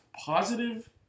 positive